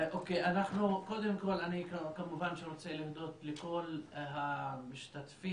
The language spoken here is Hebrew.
אני כמובן רוצה להודות לכל המשתתפים,